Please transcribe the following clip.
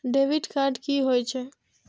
Debit card की होय छे?